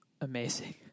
amazing